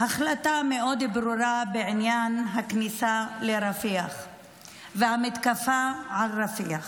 על החלטה מאוד ברורה בעניין הכניסה לרפיח והמתקפה על רפיח.